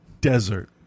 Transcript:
Desert